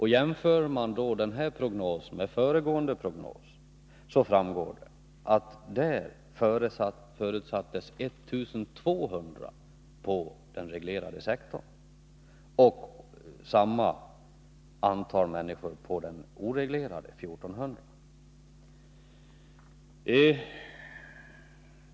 Ser man på föregående prognos finner man att det där förutsattes att det skulle finnas 1200 på den reglerade sektorn och samma antal människor som enligt den senaste prognosen på den oreglerade sektorn, 1400.